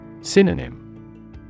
Synonym